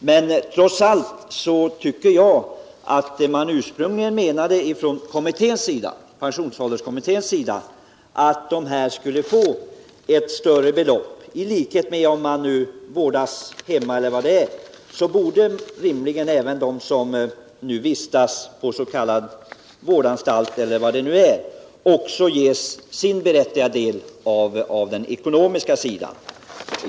Men trots allt tycker jag det är rimligt att de som vistas på vårdanstalt e. d. får samma ekonomiska förmåner som de som vårdas hemma.